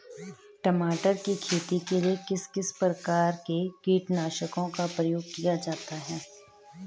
टमाटर की खेती के लिए किस किस प्रकार के कीटनाशकों का प्रयोग किया जाता है?